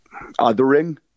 othering